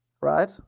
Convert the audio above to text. right